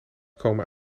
komen